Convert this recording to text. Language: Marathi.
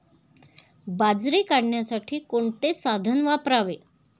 बाजरी काढण्यासाठी कोणते साधन वापरावे?